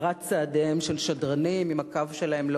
הצרת צעדיהם של שדרנים אם הקו שלהם לא